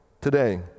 today